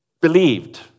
believed